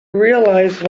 realize